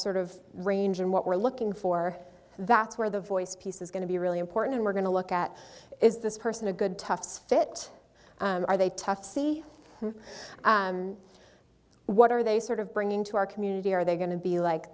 sort of range and what we're looking for that's where the voice piece is going to be really important and we're going to look at is this person a good tough fit are they tough see what are they sort of bringing to our community are they going to be like